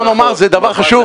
בוא נאמר שזה דבר חשוב.